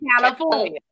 California